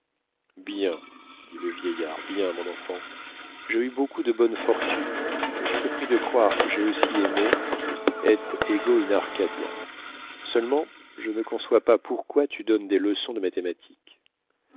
bien dit le vieillard bien mon enfant j'ai eu beaucoup de bonnes fortunes mais je te prie de croire que j'ai aussi aimé et ego in arcadiâ seulement je ne conçois pas pourquoi tu donnes des leçons de mathématiques